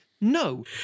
no